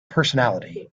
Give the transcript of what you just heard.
personality